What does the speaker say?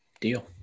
Deal